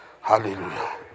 Hallelujah